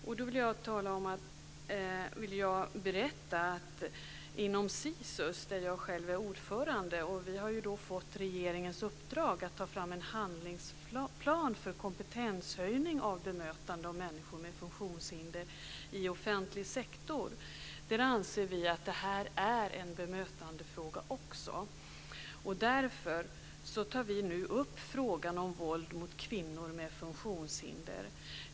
Jag vill berätta att vi inom SISUS, där jag själv är ordförande, har fått regeringens uppdrag att ta fram en handlingsplan för kompetenshöjning av bemötande av människor med funktionshinder i offentlig sektor. Vi anser att detta också är en bemötandefråga. Därför tar vi nu upp frågan om våld mot kvinnor med funktionshinder.